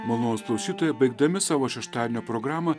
malonūs klausytojai baigdami savo šeštadienio programą